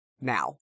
Now